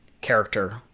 character